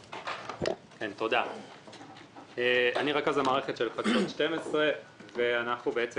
אני רכז המערכת של "חדשות 12". אנחנו בעצם